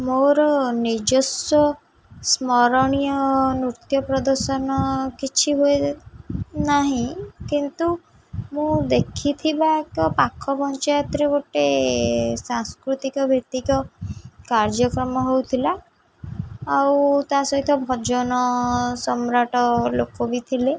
ମୋର ନିଜସ୍ଵ ସ୍ମରଣୀୟ ନୃତ୍ୟ ପ୍ରଦର୍ଶନ କିଛି ହୋଇ ନାହିଁ କିନ୍ତୁ ମୁଁ ଦେଖିଥିବା ଏକ ପାଖ ପଞ୍ଚାୟତରେ ଗୋଟେ ସାଂସ୍କୃତିକ ଭିତ୍ତିକ କାର୍ଯ୍ୟକ୍ରମ ହେଉଥିଲା ଆଉ ତା ସହିତ ଭଜନ ସମ୍ରାଟ ଲୋକ ବି ଥିଲେ